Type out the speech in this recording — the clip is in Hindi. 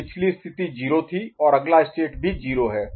तो पिछली स्थिति 0 थी और अगला स्टेट भी 0 है